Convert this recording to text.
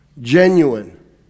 genuine